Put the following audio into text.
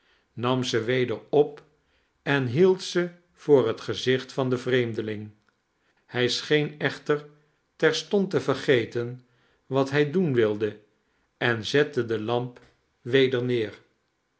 nam ze weder op en hield ze voor het gezicht van den vreemdeling hij scheen echter terstond te vergeten wat hij doen wilde en zette de lamp weder neer